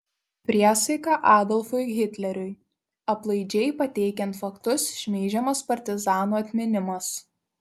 priesaika adolfui hitleriui aplaidžiai pateikiant faktus šmeižiamas partizanų atminimas